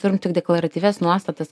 turim tik deklaratyvias nuostatas